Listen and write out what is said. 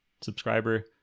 subscriber